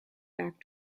back